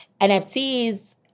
NFTs